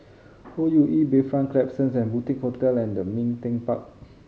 O U E Bayfront Klapsons The Boutique Hotel and Ming Teck Park